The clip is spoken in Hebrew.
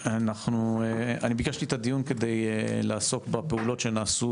אני ביקשתי את הדיון כדי לעסוק בפעולות שנעשו,